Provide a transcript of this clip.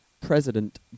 President